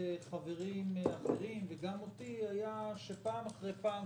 חברים אחרים וגם אותי היה שפעם אחרי פעם,